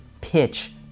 pitch